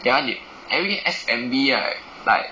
that [one] is everything F&B right like